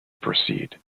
proceed